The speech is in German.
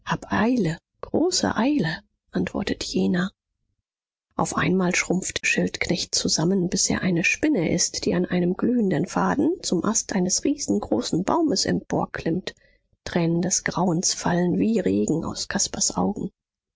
eile große eile antwortet jener auf einmal schrumpft schildknecht zusammen bis er eine spinne ist die an einem glühenden faden zum ast eines riesengroßen baumes emporklimmt tränen des grauens fallen wie regen aus caspars augen